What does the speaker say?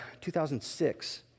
2006